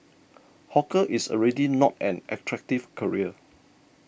hawker is already not an attractive career